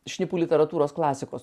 šnipų literatūros klasikos